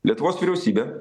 lietuvos vyriausybė